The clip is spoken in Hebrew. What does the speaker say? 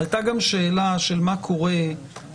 הייתה גם שאלה של מה קורה אם